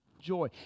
joy